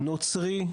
נוצרי,